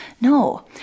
No